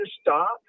stop